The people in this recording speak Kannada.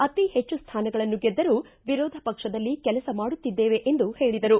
ಅತಿ ಹೆಚ್ಚು ಸ್ಥಾನಗಳನ್ನು ಗೆದ್ದರೂ ವಿರೋಧ ಪಕ್ಷದಲ್ಲಿ ಕೆಲಸ ಮಾಡುತ್ತಿದ್ದೇವೆ ಎಂದು ಹೇಳಿದರು